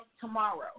tomorrow